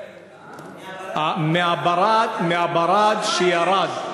מזל, מהברד שירד.